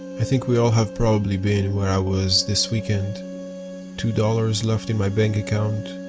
i think we all have probably been where i was this weekend two dollars left in my bank account,